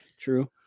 True